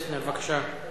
חבר הכנסת פלסנר, בבקשה.